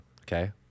okay